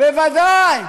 בוודאי.